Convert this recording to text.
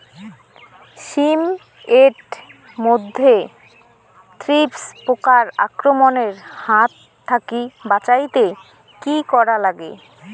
শিম এট মধ্যে থ্রিপ্স পোকার আক্রমণের হাত থাকি বাঁচাইতে কি করা লাগে?